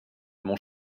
mon